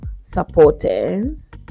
supporters